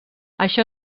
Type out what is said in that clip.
això